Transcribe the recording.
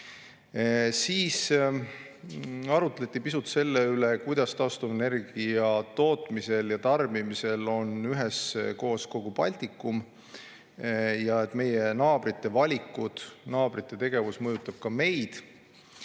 Siis arutleti pisut selle üle, kuidas taastuvenergia tootmisel ja tarbimisel on üheskoos kogu Baltikum ja et meie naabrite valikud ja naabrite tegevus mõjutavad ka meid.